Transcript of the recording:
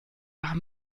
war